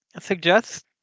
suggest